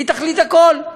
היא תחליט הכול,